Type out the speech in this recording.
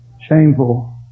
shameful